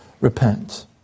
repent